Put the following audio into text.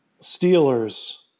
Steelers